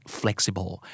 flexible